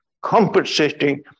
compensating